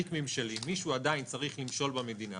מישהו עדיין צריך למשול במדינה